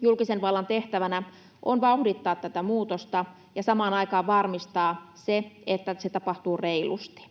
Julkisen vallan tehtävänä on vauhdittaa tätä muutosta ja samaan aikaan varmistaa, että se tapahtuu reilusti.